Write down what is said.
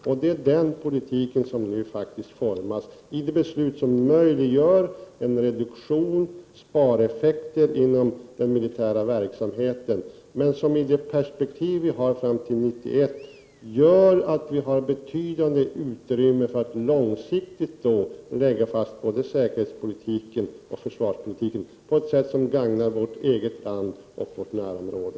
Det är den politiken som nu formas i det beslut som möjliggör en reduktion och spareffekter inom den militära verksamheten, men som i perspektivet fram till 1991 gör att vi har betydande utrymme för att långsiktigt lägga fast både säkerhetspolitiken och försvarspolitiken på ett sätt som gagnar vårt eget land och vårt närområde.